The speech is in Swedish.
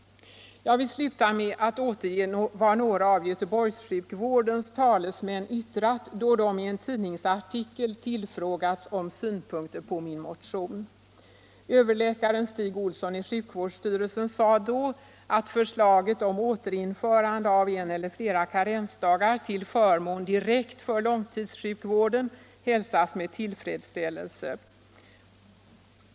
Jag vill sluta med att återge vad några av Göteborgssjukvårdens talesmän yttrat då de i en tidningsintervju tillfrågats om synpunkter på min motion. Överläkaren Stig Olsson i sjukvårdsstyrelsen sade att förslaget om återinförande av en eller flera karensdagar till förmån direkt för långtidssjukvården hälsas med tillfredsställelse.